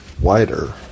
wider